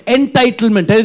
Entitlement